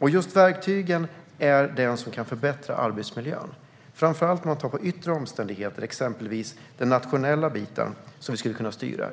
Just verktygen är det som kan förbättra arbetsmiljön, framför allt vad gäller yttre omständigheter. Exempelvis skulle vi kunna styra den nationella biten.